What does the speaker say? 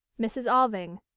mrs. alving.